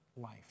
life